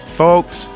folks